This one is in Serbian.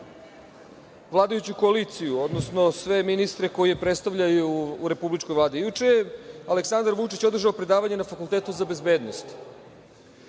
vladajuću koaliciju, odnosno sve ministre koji je predstavljaju u Vladi Republike Srbije. Juče je Aleksandar Vučić održao predavanje na Fakultetu za bezbednost.